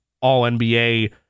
all-NBA